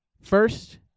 First